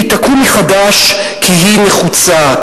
היא תקום מחדש כי היא נחוצה,